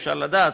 אי-אפשר לדעת,